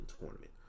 tournament